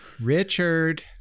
Richard